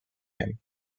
him